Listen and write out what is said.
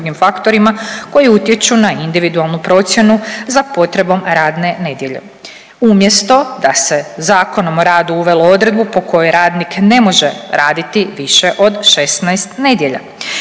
i drugim faktorima koji utječu na individualnu procjenu za potrebom radne nedjelje umjesto da se Zakonom o radu uvelo odredbu po kojoj radnik ne može raditi više od 16 nedjelja.